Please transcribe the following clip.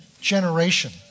generation